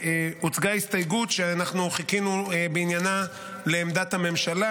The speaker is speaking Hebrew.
הסתייגות שאנחנו חיכינו בעניינה לעמדת הממשלה,